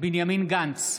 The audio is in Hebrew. בנימין גנץ,